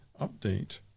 update